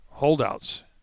holdouts